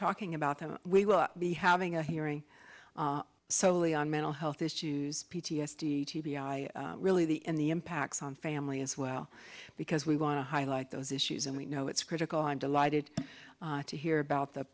talking about that we will be having a hearing solely on mental health issues p t s d t b i really the in the impacts on family as well because we want to highlight those issues and we know it's critical i'm delighted to hear about the